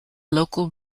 local